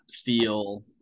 feel